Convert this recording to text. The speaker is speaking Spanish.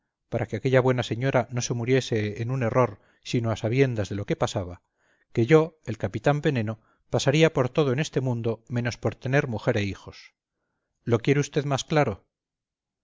noche que ayudé a bien morir a su madre de usted le dije honradamente y con mi franqueza habitual para que aquella buena señora no se muriese en un error sino a sabiendas de lo que pasaba que yo el capitán veneno pasaría por todo en este mundo menos por tener mujer e hijos lo quiere usted más claro